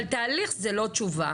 אבל תהליך זה לא תשובה.